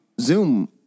Zoom